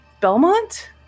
belmont